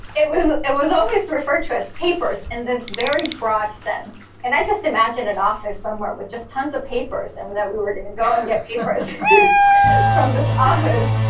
it was it was always referred to as papers in this very broad sense. and i just imagine an office somewhere with just tons of papers. and when that we were going to go and get papers from this others.